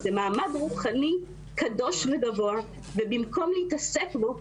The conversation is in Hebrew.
זה מעמד רוחני קדוש וגבוה ובמקום להתעסק בו,